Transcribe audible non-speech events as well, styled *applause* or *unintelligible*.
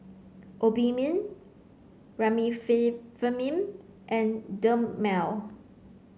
Obimin *unintelligible* and Dermale